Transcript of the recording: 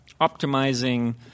optimizing